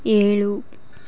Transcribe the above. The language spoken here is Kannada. ಏಳು